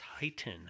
titan